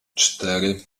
cztery